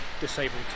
disabled